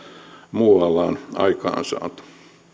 muualla on aikaansaatu